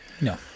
No